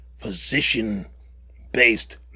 position-based